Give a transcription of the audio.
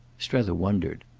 strether wondered.